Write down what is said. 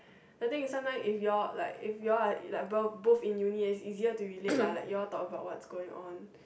the thing is sometimes if y’all like if y’all are like bo~ both in uni and is easier to relate la like you'll talk about what's going on